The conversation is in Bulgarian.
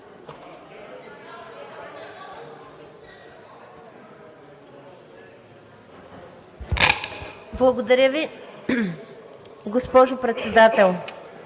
Благодаря Ви, госпожо Председател.